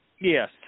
Yes